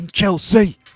Chelsea